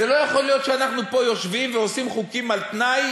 זה לא יכול להיות שאנחנו פה יושבים ועושים חוקים על-תנאי,